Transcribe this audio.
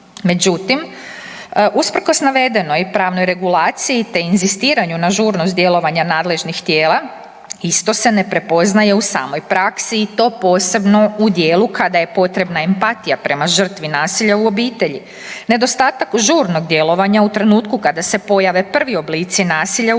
Međutim, usprkos navedenoj i pravnoj regulaciji te inzistiranju na žurnost djelovanja nadležnih tijela isto se ne prepoznaje u samoj praksi i to posebno u dijelu kada je potrebna empatija prema žrtvi nasilja u obitelji. Nedostatak žurnog djelovanja u trenutku kada se pojave prvi oblici nasilja u obitelji,